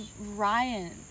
Ryan